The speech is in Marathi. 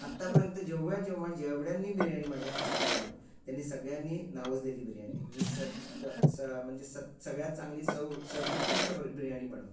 आत्तापर्यंत जेव्हा जेव्हा जेवढ्यांनी बिर्याणी माज्या हातची खाल्लेली आहे त्यांनी सगळ्यांनी नावाजलेली बिर्याणीय मी सत्त म्हणजे स म्हणजे सगळ्यात चांगली चव सर्वोत्कृष्ट बर बिर्याणी बणवतो